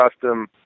custom